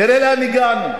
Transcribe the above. תראה לאן הגענו.